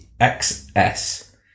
XS